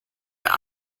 der